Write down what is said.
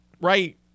right